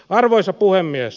arvoisa puhemies